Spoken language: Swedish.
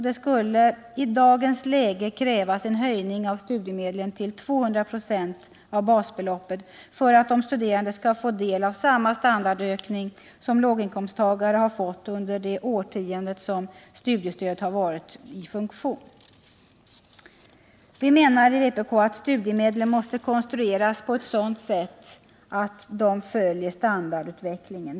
Det skulle i dagens läge krävas en höjning av studiemedlen till 200 96 av basbeloppet för att de studerande skulle få del av samma standardökning som låginkomsttagare fått under det årtionde som studiestödet varit i funktion. Vi i vpk menar att studiemedlen måste konstrueras på ett sådant sätt att de följer standardutvecklingen.